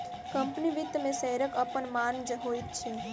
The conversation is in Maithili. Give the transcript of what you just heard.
कम्पनी वित्त मे शेयरक अपन मान होइत छै